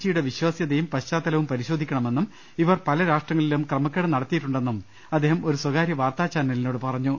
ജിയുടെ വിശ്വാസ്യതയും പശ്ചാത്തലവും പരിശോധിക്കണ മെന്നും ഇവർ പല രാഷ്ട്രങ്ങളിലും ക്രമക്കേട് നടത്തിയി ട്ടുണ്ടെന്നും അദ്ദേഹം ഒരു സ്വകാര്യ വാർത്താചനലിനോട് പറഞ്ഞു